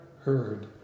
heard